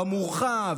במורחב,